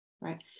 right